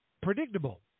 predictable